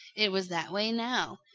it was that way now.